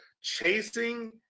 chasing